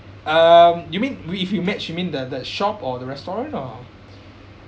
um you mean we if we match you mean the the shop or the restaurant or